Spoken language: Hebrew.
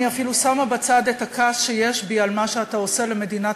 אני אפילו שמה בצד את הכעס שיש בי על מה שאתה עושה למדינת